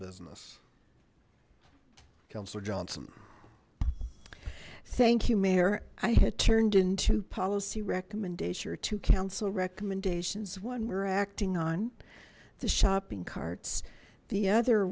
business councillor johnson thank you mayor i had turned into policy recommendation to council recommendations one we're acting on the shopping carts the other